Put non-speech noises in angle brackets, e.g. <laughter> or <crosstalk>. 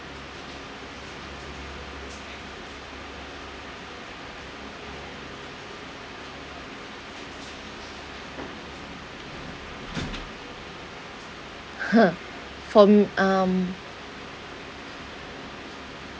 <laughs> from um